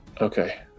okay